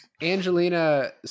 Angelina